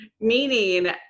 Meaning